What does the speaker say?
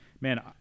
Man